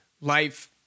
life